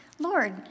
Lord